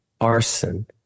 arson